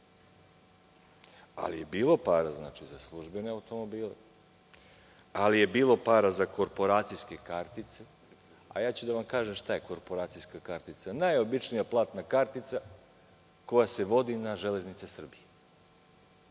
Ali je bilo para za službene automobile, ali je bilo para za korporacijske kartice. A ja ću da vam kažem šta je korporacijska kartica – najobičnija platna kartica koja se vodi na „Železnice“ Srbije,